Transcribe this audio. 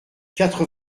quatre